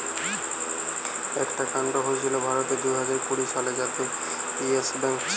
একটা কান্ড হয়েছিল ভারতে দুইহাজার কুড়ি সালে যাতে ইয়েস ব্যাঙ্ক ছিল